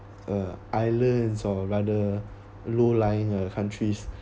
uh islands or rather low lying uh countries